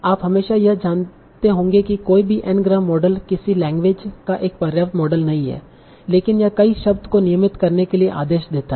आप हमेशा यह जानते होंगे कि कोई भी N ग्राम मॉडल किसी लैंग्वेज का एक पर्याप्त मॉडल नहीं है लेकिन यह कई शब्द को नियमित करने के लिए आदेश देता है